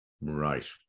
Right